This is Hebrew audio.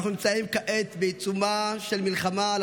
אנחנו נמצאים כעת בעיצומה של מלחמה על